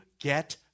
get